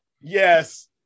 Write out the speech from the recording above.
yes